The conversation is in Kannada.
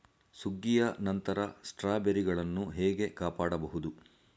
ಸುಗ್ಗಿಯ ನಂತರ ಸ್ಟ್ರಾಬೆರಿಗಳನ್ನು ಹೇಗೆ ಕಾಪಾಡ ಬಹುದು?